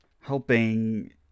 helping